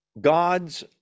god's